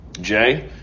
Jay